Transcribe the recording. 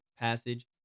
passage